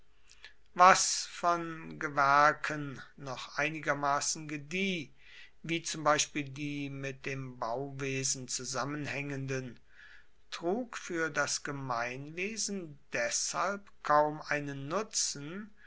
was von gewerken noch einigermaßen gedieh wie zum beispiel die mit dem bauwesen zusammenhängenden trug für das gemeinwesen deshalb kaum einen nutzen